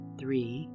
three